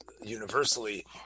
universally